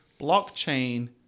Blockchain